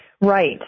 Right